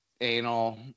anal